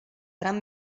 tram